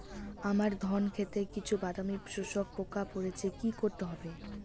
আমার ধন খেতে কিছু বাদামী শোষক পোকা পড়েছে কি করতে হবে?